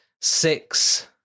six